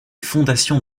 fondations